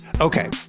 Okay